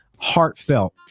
heartfelt